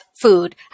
food